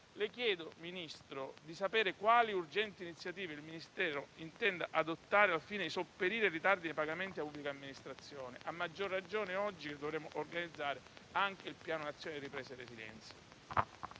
le chiedo, signor Ministro, di sapere quali urgenti iniziative il Ministero intenda adottare, al fine di sopperire ai ritardi dei pagamenti della pubblica amministrazione, a maggior ragione oggi, in cui dobbiamo organizzare anche il Piano nazionale di ripresa e resilienza.